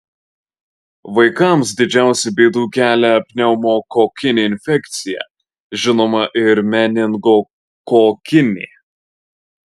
vaikams didžiausių bėdų kelia pneumokokinė infekcija žinoma ir meningokokinė